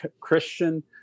Christian